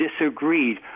disagreed